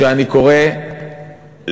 ואני קורא להם,